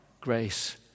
grace